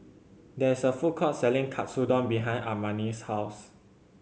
there is a food court selling Katsudon behind Armani's house